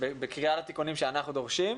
בקריאה לתיקונים שאנחנו דורשים.